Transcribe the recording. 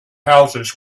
houses